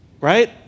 right